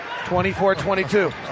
24-22